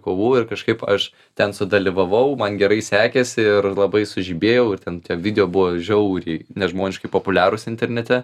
kovų ir kažkaip aš ten sudalyvavau man gerai sekėsi ir labai sužibėjau ir ten video buvo žiauriai nežmoniškai populiarūs internete